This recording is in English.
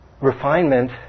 refinement